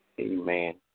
Amen